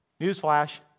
Newsflash